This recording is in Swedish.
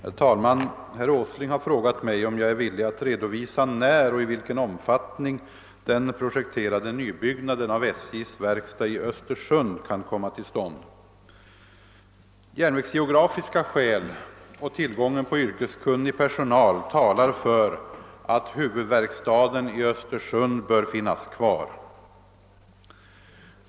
Herr talman! Herr Åsling har frågat mig om jag är villig att redovisa när och i vilken omfattning den projekterade nybyggnaden av SJ:s verkstad i Östersund kan komma till stånd. Järnvägsgeografiska skäl och tillgången på yrkeskunnig personal talar för att huvudverkstaden i Östersund hör finnas kvar.